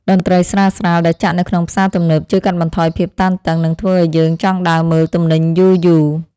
តន្ត្រីស្រាលៗដែលចាក់នៅក្នុងផ្សារទំនើបជួយកាត់បន្ថយភាពតានតឹងនិងធ្វើឱ្យយើងចង់ដើរមើលទំនិញយូរៗ។